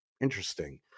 interesting